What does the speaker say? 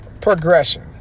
progression